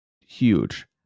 huge